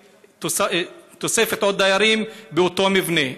תוספת דיירים באותו מבנה.